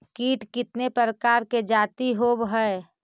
कीट कीतने प्रकार के जाती होबहय?